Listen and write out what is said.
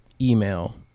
email